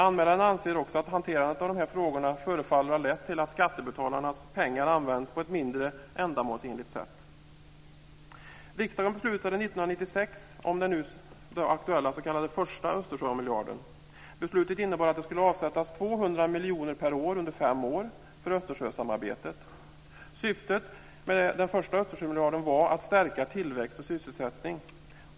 Anmälaren anser också att hanterandet av de här frågorna förefaller ha lett till att skattebetalarnas pengar används på ett mindre ändamålsenligt sätt. Östersjösamarbetet. Syftet med den första Östersjömiljarden var att stärka tillväxt och sysselsättning.